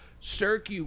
Cirque